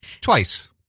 Twice